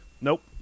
Nope